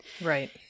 Right